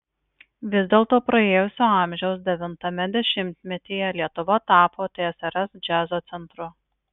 vis dėlto praėjusio amžiaus devintame dešimtmetyje lietuva tapo tsrs džiazo centru